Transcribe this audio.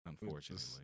unfortunately